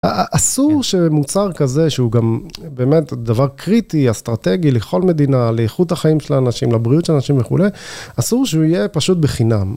אסור שמוצר כזה שהוא גם באמת דבר קריטי, אסטרטגי לכל מדינה, לאיכות החיים של האנשים, לבריאות של האנשים וכולי, אסור שהוא יהיה פשוט בחינם.